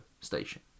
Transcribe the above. station